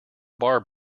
bar